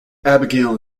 abigail